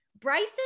Bryson